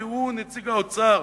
כי הוא נציג האוצר.